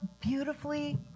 beautifully